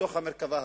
בתוך המרכבה הזאת?